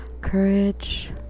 courage